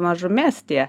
mažumės tie